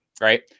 right